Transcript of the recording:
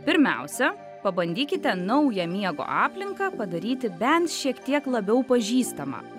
pirmiausia pabandykite naują miego aplinką padaryti bent šiek tiek labiau pažįstamą